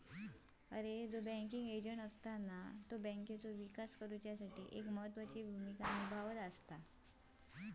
banking agent बँकेचो विकास करुच्यासाठी एक महत्त्वाची भूमिका निभावता